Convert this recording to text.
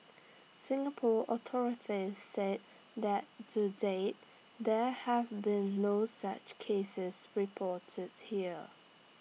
Singapore authorities say that to date there have been no such cases reported here